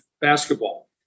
basketball